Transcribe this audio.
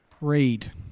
read